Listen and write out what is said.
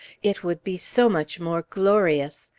it would be so much more glorious.